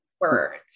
Words